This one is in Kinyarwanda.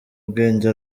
bwenge